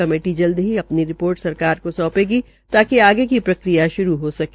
committee जल्द ही अ नी रि ोर्ट सरकार को सौंटेगी ताकि आगे की प्रक्रिया शुरू हो सके